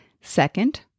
Second